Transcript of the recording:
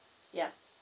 yup